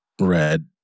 red